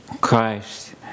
Christ